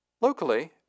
Locally